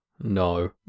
no